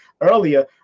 earlier